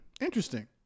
Interesting